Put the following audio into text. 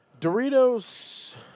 Doritos